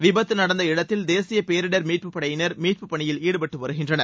விபத்து நடந்த இடத்தில் தேசிய பேரிடர் மீட்புப்படையினர் மீட்புப் பணியில் ஈடுபட்டு வருகின்றனர்